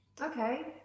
Okay